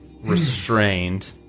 restrained